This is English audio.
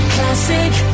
Classic